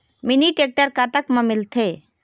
Mini tractor कतक म मिलथे?